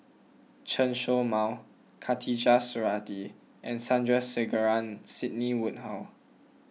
Chen Show Mao Khatijah Surattee and Sandrasegaran Sidney Woodhull